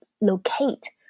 locate